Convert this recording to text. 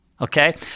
okay